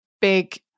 big